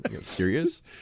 serious